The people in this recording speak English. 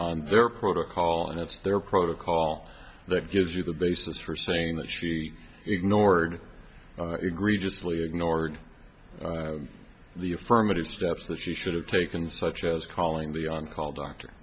on their protocol and it's their protocol that gives you the basis for saying that she ignored or egregiously ignored the affirmative steps that she should have taken such as calling the oncall doctor